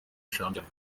shampiyona